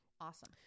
awesome